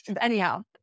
anyhow